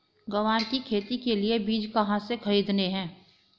ग्वार की खेती के लिए बीज कहाँ से खरीदने हैं?